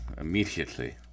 immediately